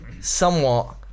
somewhat